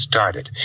Started